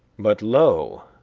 but lo!